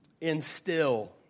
instill